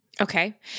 Okay